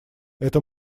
это